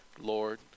Lord